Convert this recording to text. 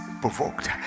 provoked